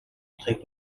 утгыг